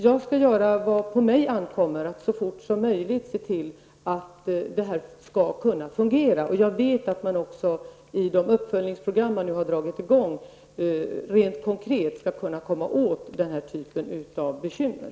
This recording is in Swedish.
Jag skall göra vad på mig ankommer för att så fort som möjligt se till att detta kan fungera. Jag vet att vi också, genom de uppföljningsprogram som nu har dragits i gång, rent konkret skall kunna komma åt den här typen av bekymmer.